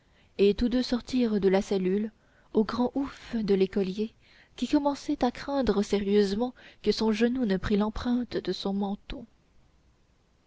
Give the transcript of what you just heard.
et tous deux sortirent de la cellule au grand ouf de l'écolier qui commençait à craindre sérieusement que son genou ne prît l'empreinte de son menton